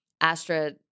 Astra